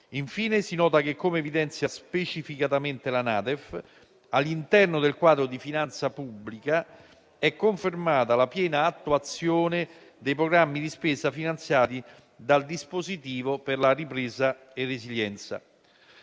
Infine, si nota che, come evidenzia specificatamente la NADEF, all'interno del quadro di finanza pubblica è confermata la piena attuazione dei programmi di spesa finanziati dal dispositivo per la ripresa e resilienza.